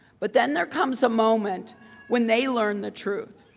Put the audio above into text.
but then there comes a moment when they learn the truth.